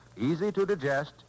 easy-to-digest